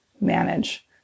manage